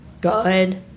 good